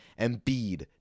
Embiid